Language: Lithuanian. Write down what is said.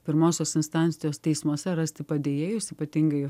pirmosios instancijos teismuose rasti padėjėjus ypatingai